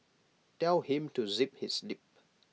tell him to zip his lip